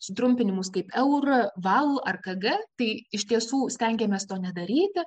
sutrumpinimus kaip eur val ar kg tai iš tiesų stengiamės to nedaryti